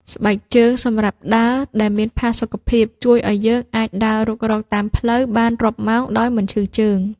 ស្បែកជើងសម្រាប់ដើរដែលមានផាសុខភាព ជួយឱ្យយើងអាចដើររុករកតាមផ្លូវបានរាប់ម៉ោងដោយមិនឈឺជើង។